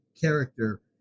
character